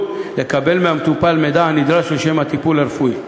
לקבל מהמטופל מידע הנדרש לשם הטיפול הרפואי,